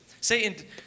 Satan